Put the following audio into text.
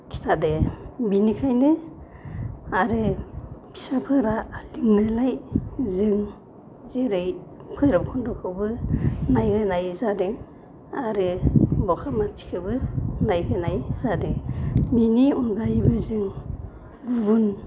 खिथादों बिनिखायनो आरो फिसाफोरा लिंनायलाय जों जेरै बैरबखन्द'खौबो नायहोनाय जादों आरो बगामाथिखौबो नायहोनाय जादो बिनि अनगायैबो जों गुबुन